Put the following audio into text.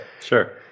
sure